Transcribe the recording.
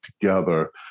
together